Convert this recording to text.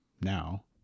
now